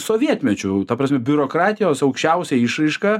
sovietmečiu ta prasme biurokratijos aukščiausia išraiška